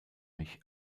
mich